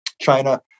China